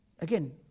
again